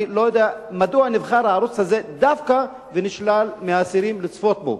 אני לא יודע מדוע נבחר הערוץ הזה דווקא ונשלל מהאסירים לצפות בו.